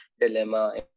dilemma